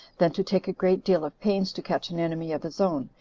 than to take a great deal of pains to catch an enemy of his own,